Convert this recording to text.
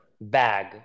bag